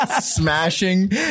smashing